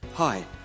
Hi